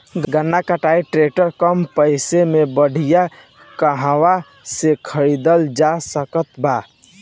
गन्ना कटाई ट्रैक्टर कम पैसे में बढ़िया कहवा से खरिदल जा सकत बा?